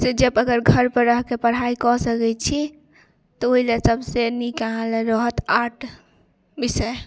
से जे अगर घरपर रहिके पढ़ाइ कऽ सकै छी तऽ ओहि लए सबसँ नीक अहाँलए रहत आर्ट विषय